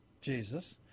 Jesus